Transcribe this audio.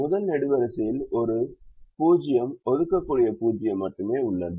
முதல் நெடுவரிசையில் ஒரு 0 ஒதுக்கக்கூடிய 0 மட்டுமே உள்ளது